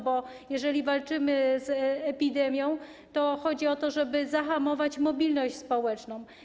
Bo jeżeli walczymy z epidemią, to chodzi o to, żeby zahamować mobilność społeczną.